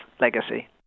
legacy